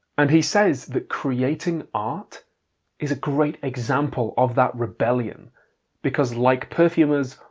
and he says that creating art is a great example of that rebellion because like perfumers,